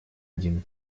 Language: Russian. один